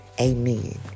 Amen